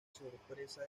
sorpresa